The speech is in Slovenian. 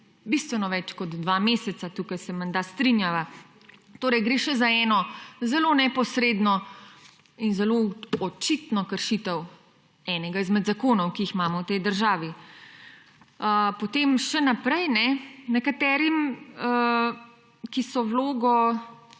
bistveno več kot dva meseca. Tukaj se menda strinjava. Torej gre še za eno zelo neposredno in zelo očitno kršitev enega izmed zakonov, ki jih imamo v tej državi. Potem še naprej. Nekaterim, ki so vlogo